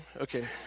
Okay